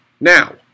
now